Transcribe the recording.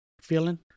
feeling